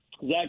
Zach